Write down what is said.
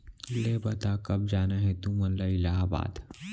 ले बता, कब जाना हे तुमन ला इलाहाबाद?